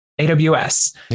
AWS